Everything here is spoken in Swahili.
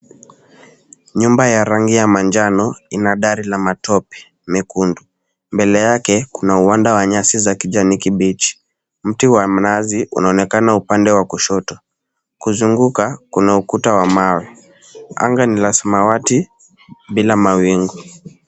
Nyumba ya rangi ya manjano, ina dari la matope, mekundu. Mbele yake kuna uwanda wa nyasi za kijani kibichi. Mti wa mnazi unaonekana upande wa kushoto. Kuzunguka, kuna ukuta wa mawe. Anga ni la samawati, bila mawingu.